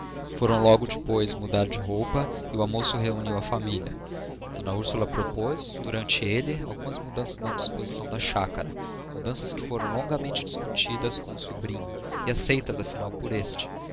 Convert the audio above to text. foram logo depois mudar de roupa e o almoço reuniu a família d úrsula propôs durante ele algumas mudanças na disposição da chácara mudanças que foram longamente discutidas com o sobrinho e aceitas afinal por este